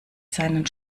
seinen